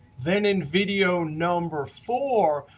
then in video number four,